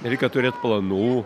reikia turėt planų